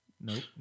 Nope